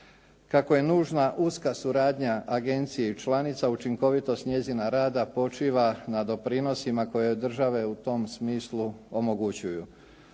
Kako je nužna uska suradnja agencije i članica, učinkovitost njezina rada počiva na doprinosima koje države u tom smislu omogućuju.